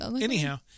anyhow